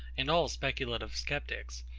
and all speculative sceptics,